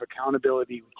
accountability